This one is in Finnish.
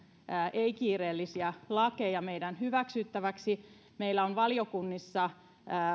ei kiireellisiä lakeja meidän hyväksyttäväksi koska meillä on valiokunnissa